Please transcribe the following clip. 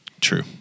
True